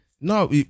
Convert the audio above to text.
No